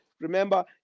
Remember